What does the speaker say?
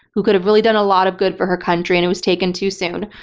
who could have really done a lot of good for her country and was taken too soon.